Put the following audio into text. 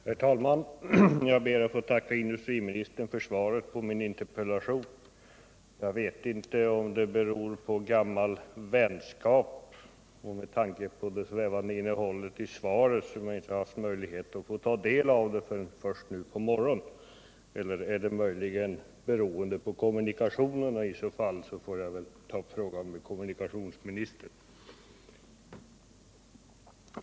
Herr talman! Jag ber att få tacka industriministern för svaret på min interpellation. Jag vet inte om det är på grund av gammal vänskap jag tänker då på det svävande innehållet i svaret — som jag inte fått möjlighet att ta del av svaret förrän nu på morgonen. Eller beror det möjligen på kommunikationerna? I så fall får jag väl ta upp frågan med kommunikationsministern.